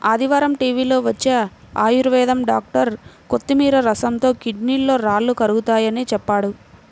ఆదివారం టీవీలో వచ్చే ఆయుర్వేదం డాక్టర్ కొత్తిమీర రసంతో కిడ్నీలో రాళ్లు కరుగతాయని చెప్పాడు